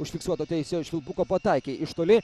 užfiksuoto teisėjo švilpuko pataikė iš toli